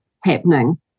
happening